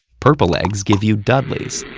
purple eggs give you duddlies,